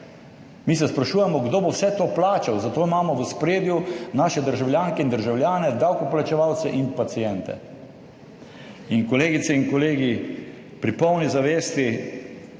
Mi se sprašujemo kdo bo vse to plačal, zato imamo v ospredju naše državljanke in državljane, davkoplačevalce in paciente. In, kolegice in kolegi, pri polni zavesti